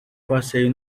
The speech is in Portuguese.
passeio